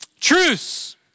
Truce